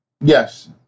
Yes